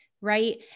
right